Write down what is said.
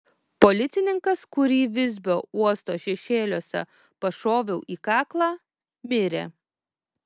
policininkas kurį visbio uosto šešėliuose pašoviau į kaklą mirė